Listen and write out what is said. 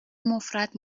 مفرط